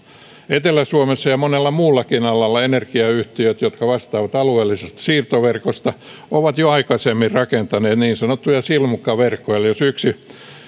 etelä suomessa ja ja monella muullakin alueella energiayhtiöt jotka vastaavat alueellisesta siirtoverkosta ovat jo aikaisemmin rakentaneet niin sanottuja silmukkaverkkoja eli jos yksi